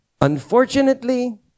Unfortunately